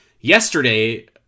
yesterday